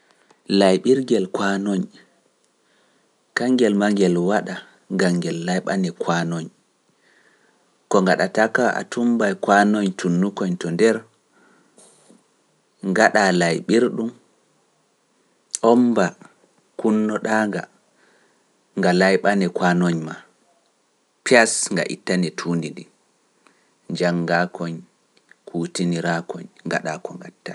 Layɓirgel kwaanoñ, kangel maa ngel waɗa, ngam ngel layɓane kwaanoñ, ko ngaɗataa kawai a tumbay kwaanoñ tunnukoñ to nder, ngaɗaa layɓirɗum, oomba kunnoɗa nga, nga layɓane kwaanoñ maa, piyas nga ittane tuundiji, njanngaakoñ, kuutiniraakoñ, ngaɗaa ko ngaɗataa.